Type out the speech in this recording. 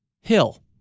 hill